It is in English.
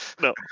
no